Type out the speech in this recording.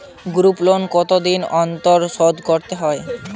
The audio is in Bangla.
গ্রুপলোন কতদিন অন্তর শোধকরতে হয়?